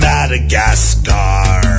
Madagascar